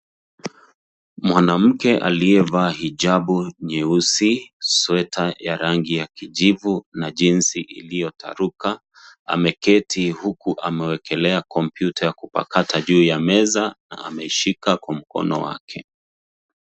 Mwanamke aliyevaa hijabu nyeusi, sweater ya rangi ya kijivu, na jinsi iliotaruka, ameketi huku amewekelea kompyuta ya kupakata juu ya meza, na ameishika kwa mkono wake.